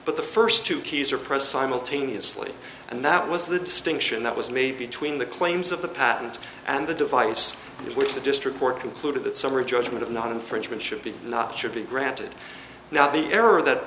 but the first two keys are pressed simultaneously and that was the distinction that was made between the claims of the patent and the device which the district court concluded that summary judgment of not infringement should be not should be granted now the error that